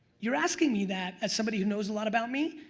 you're asking me that as somebody who knows a lot about me,